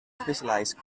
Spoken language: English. specialized